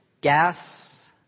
gas